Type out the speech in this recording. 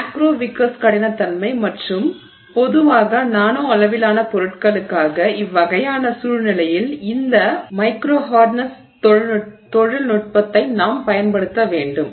macro Vickers கடினத்தன்மை மற்றும் பொதுவாக நானோ அளவிலான பொருட்களுக்காக இவ்வகையான சூழ்நிலையில் இந்த மைக்ரோஹார்ட்னஸ் தொழில்நுட்பத்தை நாம் பயன்படுத்த வேண்டும்